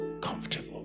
comfortable